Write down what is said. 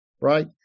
right